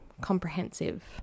comprehensive